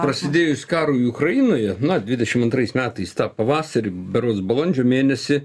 prasidėjus karui ukrainoje na dvidešim antrais metais tą pavasarį berods balandžio mėnesį